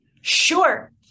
Sure